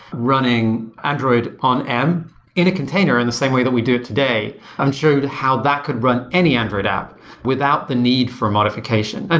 running android on m in a container in the same way that we do it today and showed how that could run any android app without the need for a modification. and